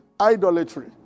idolatry